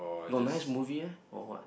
got nice movie meh or what